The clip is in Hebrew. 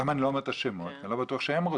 אני לא מציין את שמותיהם כי אני לא בטוח שהם מעוניינים.